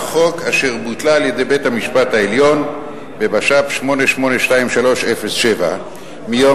אשר בוטל על-ידי בית-המשפט העליון בבש"פ 8823/07 (פלוני) מיום